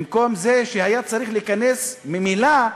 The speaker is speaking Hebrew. במקום זה שהיה צריך להיכנס ממילא,